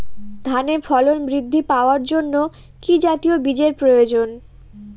ধানে ফলন বৃদ্ধি পাওয়ার জন্য কি জাতীয় বীজের প্রয়োজন?